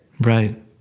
Right